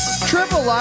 triple